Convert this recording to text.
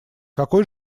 какой